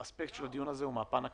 האספקט של הדיון הזה הוא מהפן הכלכלי,